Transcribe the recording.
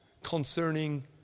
concerning